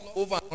over